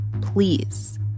please